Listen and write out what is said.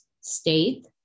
state